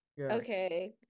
Okay